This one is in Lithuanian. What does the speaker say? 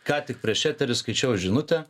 ką tik prieš eterį skaičiau žinutę